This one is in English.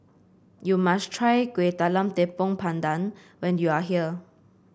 you must try Kuih Talam Tepong Pandan when you are here